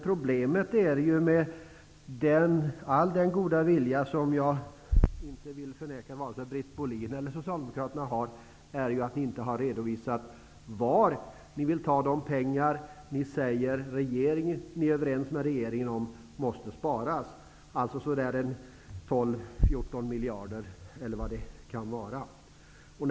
Problemet är ju att varken Britt Bohlin eller socialdemokratiska partiet, med all sin goda vilja, har redovisat varifrån de vill ta de pengar de säger att de är överens med regeringen måste sparas. Det rör sig om 12-14 miljarder kronor.